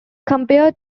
compared